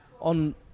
on